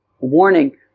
warning